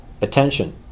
attention